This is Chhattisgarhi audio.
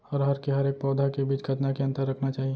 अरहर के हरेक पौधा के बीच कतना के अंतर रखना चाही?